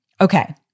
Okay